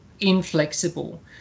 inflexible